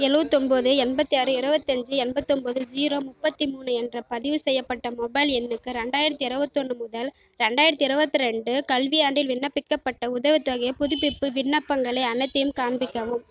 எழுவத்தொம்போது எண்பத்து ஆறு இருவத்தஞ்சு எண்பத்தொம்பது ஜீரோ முப்பத்து மூணு என்ற பதிவுச் செய்யப்பட்ட மொபைல் எண்ணுக்கு ரெண்டாயிரத்து இருவத்தொன்று முதல் ரெண்டாயிரத்து இருபத்தி ரெண்டு கல்வியாண்டில் விண்ணப்பிக்கப்பட்ட உதவித் தொகையைப் புதுப்பிப்பு விண்ணப்பங்கள் அனைத்தையும் காண்பிக்கவும்